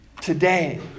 Today